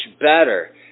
better